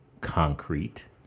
concrete